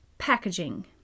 packaging